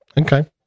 Okay